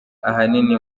ahanini